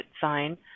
sign